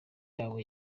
yabo